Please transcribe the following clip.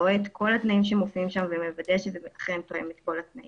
רואה את כל התנאים שמופיעים שם ומוודא שאכן זה תואם את כל התנאים.